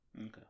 Okay